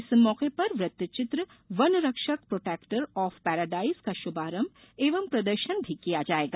इस मौके पर वृत्तचित्र वनरक्षक प्रोटेक्टर ऑफ पेराडाइज का शुभारंभ एवं प्रदर्शन भी किया जाएगा